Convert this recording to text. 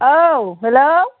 औ हेल्ल'